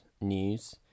news